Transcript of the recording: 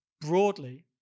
broadly